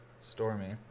Stormy